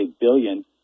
billion